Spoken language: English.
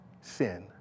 sin